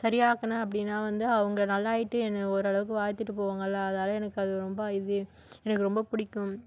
சரியாக்கினேன் அப்படினா வந்து அவங்க நல்லா ஆகிட்டு என்னை ஓரளவுக்கு வாழ்த்திவிட்டு போவாங்கில அதனாலே எனக்கு அது ரொம்ப இது எனக்கு ரொம்ப பிடிக்கும்